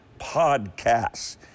podcasts